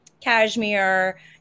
cashmere